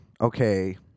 okay